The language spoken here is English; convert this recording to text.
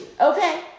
Okay